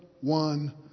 one